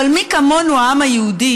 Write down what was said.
אבל מי כמונו, העם היהודי,